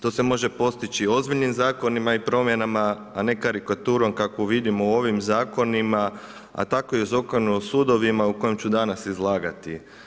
To se može postići ozbiljnim zakonima i promjena, a ne karikaturom kakvu vidimo u ovim zakonima, a tako i o Zakonu o sudovima o kojem ću stvarno izlagati.